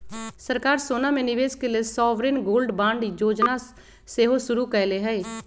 सरकार सोना में निवेश के लेल सॉवरेन गोल्ड बांड जोजना सेहो शुरु कयले हइ